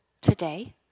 today